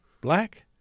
black